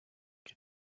que